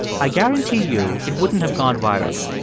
i guarantee you it wouldn't have gone viral.